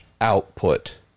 output